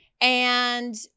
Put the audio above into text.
And-